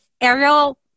Ariel